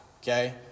Okay